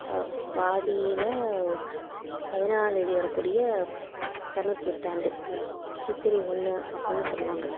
பாதியில் பதினாலாந்தேதி வரக்கூடிய தமிழ் புத்தாண்டு சித்திரை ஒன்று அப்பிடின்னு சொல்வாங்க